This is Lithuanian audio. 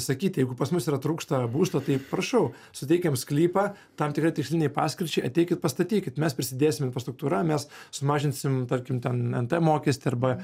sakyti jeigu pas mus yra trūksta būsto tai prašau suteikiam sklypą tam tikrai tikslinei paskirčiai ateikit pastatykit mes prisidėsim infrastruktūra mes sumažinsim tarkim ten nt mokestį arba